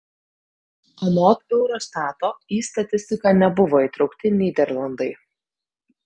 anot eurostato į statistiką nebuvo įtraukti nyderlandai